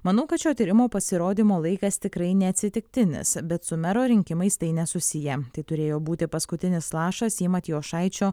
manau kad šio tyrimo pasirodymo laikas tikrai neatsitiktinis bet su mero rinkimais tai nesusiję tai turėjo būti paskutinis lašas į matijošaičio